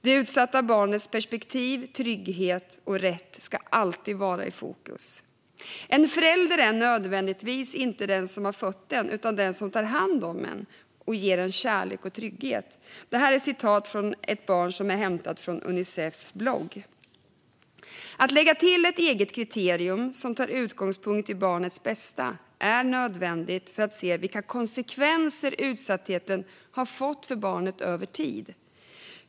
Det utsatta barnets perspektiv, trygghet och rätt ska alltid vara i fokus. "En förälder är inte nödvändigtvis den som har fött en, utan den som tar hand om en och ger en kärlek och trygghet." Detta är ett citat från ett barn och är hämtat från Unicefs blogg. Att lägga till ett kriterium som tar utgångspunkt i barnets bästa är nödvändigt för att se vilka konsekvenser utsattheten har fått för barnet över tid.